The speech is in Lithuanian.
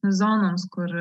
zonoms kur